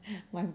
why